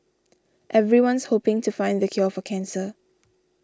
everyone's hoping to find the cure for cancer